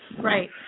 Right